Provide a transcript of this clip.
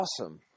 awesome